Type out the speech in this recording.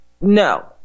No